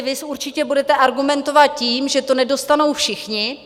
Vy určitě budete argumentovat tím, že to nedostanou všichni.